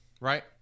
right